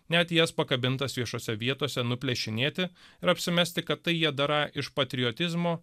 net jas pakabintas viešose vietose nuplėšinėti ir apsimesti kad tai jie darą iš patriotizmo